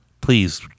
please